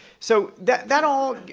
so, that that all